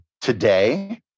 today